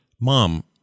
Mom